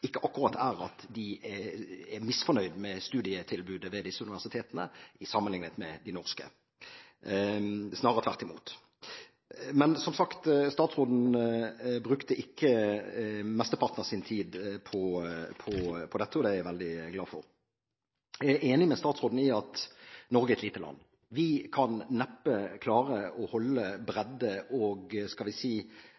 ikke akkurat at de er misfornøyd med studietilbudet ved disse universitetene sammenlignet med de norske, snarere tvert imot. Som sagt brukte ikke statsråden mestepartene av sin tid på dette, og det er jeg veldig glad for. Jeg er enig med statsråden i at Norge er et lite land. Vi kan neppe klare å holde